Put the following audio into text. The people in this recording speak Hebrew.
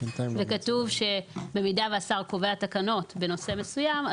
כתוב שבמידה והשר קובע תקנות בנושא מסוים,